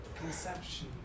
conception